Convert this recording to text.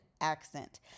accent